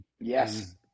Yes